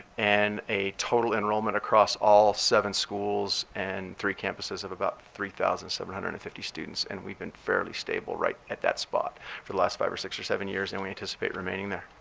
and a total enrollment across all seven schools and three campuses of about three thousand seven hundred and fifty students. and we've been fairly stable right at that spot for the last five, or six, or seven years, and we anticipate remaining there.